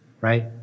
right